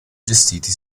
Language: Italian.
gestiti